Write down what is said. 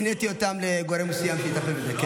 הפניתי אותם לגורם מסוים שיטפל בזה.